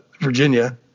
Virginia